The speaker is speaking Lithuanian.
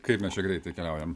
kaip mes čia greitai keliaujam